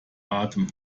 atem